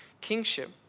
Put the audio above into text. kingship